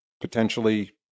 potentially